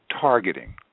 targeting